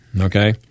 Okay